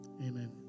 amen